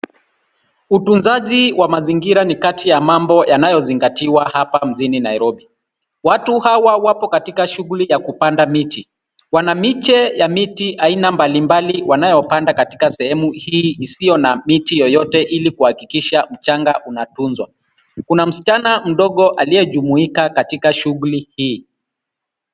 Utunzaji wa mazingira ni kati ya mambo yanayozingatiwa hapa mjini Nairobi. Watu hawa wapo katika shughuli ya kupanda miti. Wana miche ya miti aina mbalimbali wanayopanda katika sehemu hii isiyo na miti yoyote ili kuhakikisha mchanga unatunzwa. Kuna msichana mdogo aliyejumuika katika shughuli hii.